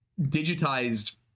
digitized